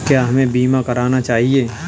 क्या हमें बीमा करना चाहिए?